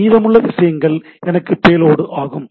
மீதமுள்ள விஷயங்கள் எனக்கு பேலோடு ஆகும்